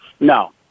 No